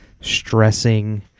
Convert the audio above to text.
stressing